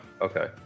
Okay